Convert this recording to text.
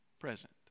present